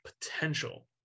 potential